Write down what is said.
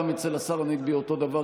גם אצל השר הנגבי אותו הדבר,